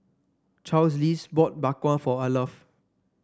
Charlize bought Bak Kwa for Arleth